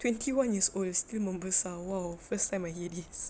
twenty one years old still membesar !wow! first time I hear this